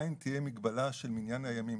עדיין תהיה מגבלה של מניין הימים.